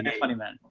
and funny man.